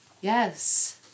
yes